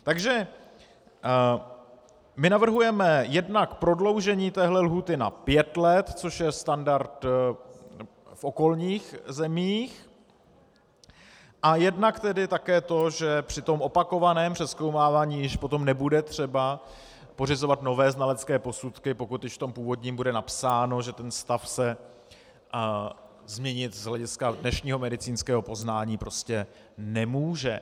Takže navrhujeme jednak prodloužení téhle lhůty na pět let, což je standard v okolních zemích, a jednak také to, že při tom opakovaném přezkoumávání již potom nebude třeba pořizovat nové znalecké posudky, pokud již v tom původním bude napsáno, že stav se změnit z hlediska dnešního medicínského poznání nemůže.